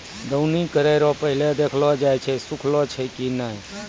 दौनी करै रो पहिले देखलो जाय छै सुखलो छै की नै